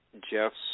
Jeff's